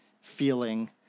feeling